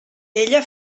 ella